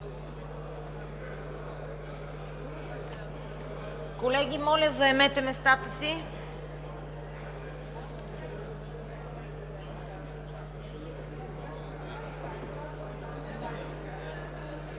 Колеги, моля заемете местата си.